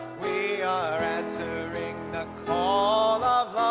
we are answering the call